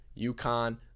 UConn